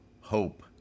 hope